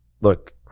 look—